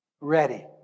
ready